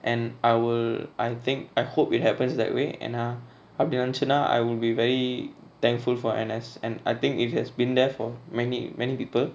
and I will I think I hope it happens that way and uh அப்டி நடந்துச்சுனா:apdi nadanthuchuna I will be very thankful for N_S and I think it has been there for many many people